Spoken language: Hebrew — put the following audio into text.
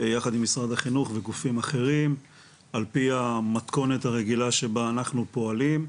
יחד עם משרד החינוך וגופים אחרים על פי מתכונת הרגילה שבה אנחנו פועלים,